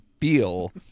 feel